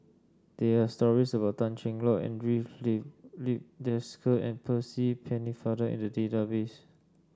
there are stories about Tan Cheng Lock Andre Desker and Percy Pennefather in the database